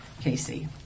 Casey